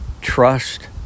Trust